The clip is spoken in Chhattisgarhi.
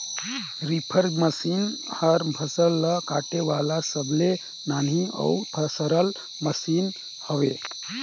रीपर मसीन हर फसल ल काटे वाला सबले नान्ही अउ सरल मसीन हवे